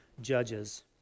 Judges